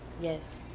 Yes